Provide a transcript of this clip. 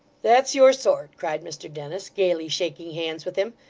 that's your sort cried mr dennis, gaily shaking hands with him,